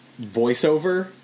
voiceover